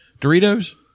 Doritos